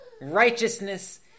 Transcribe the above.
righteousness